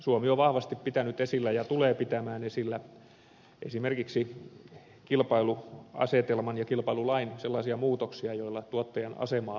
suomi on vahvasti pitänyt esillä ja tulee pitämään esillä esimerkiksi kilpailuasetelman ja kilpailulain sellaisia muutoksia joilla tuottajan asemaa parannetaan